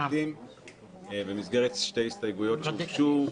במסגרת שתי הסתייגויות שהוגשו,